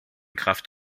kraft